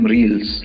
Reels